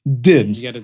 dims